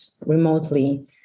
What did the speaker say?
remotely